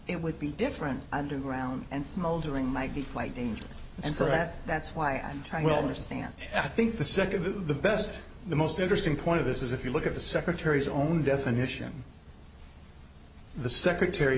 it would be different underground and smoldering might be quite dangerous and so that's that's why i'm trying to understand i think the second to the best the most interesting point of this is if you look at the secretary's own definition the secretary